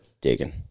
digging